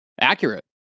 accurate